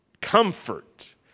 comfort